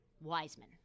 Wiseman